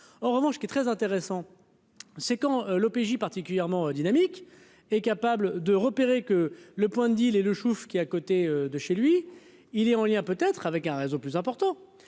en revanche, qui est très intéressant c'est quand l'OPJ particulièrement dynamique et capable de repérer que le point de deal et le CHUV qui à côté de chez lui, il est en lien peut-être avec un réseau plus important